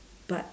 but